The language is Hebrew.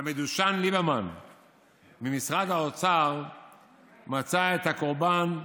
המדושן ליברמן ממשרד האוצר מצא את הקורבן,